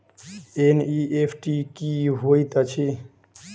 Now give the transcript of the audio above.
NEFT की होइत अछि?